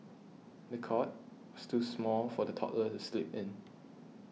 the cot was too small for the toddler to sleep in